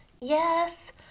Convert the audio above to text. Yes